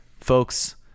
folks